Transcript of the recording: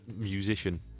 Musician